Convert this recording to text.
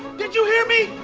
did you hear me?